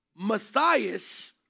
Matthias